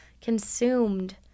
consumed